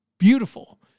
Beautiful